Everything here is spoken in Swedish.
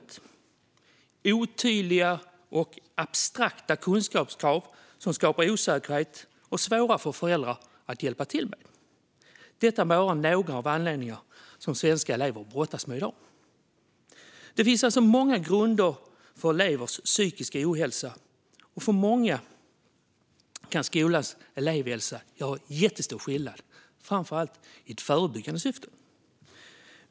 Det kan vara otydliga och abstrakta kunskapskrav som skapar osäkerhet och som är svåra för föräldrar att hjälpa till med. Detta är bara några problem som svenska elever brottas med i dag. Det finns alltså många grunder för elevers psykiska ohälsa, och för några kan skolans elevhälsa göra en jättestor skillnad framför allt i ett förebyggande syfte.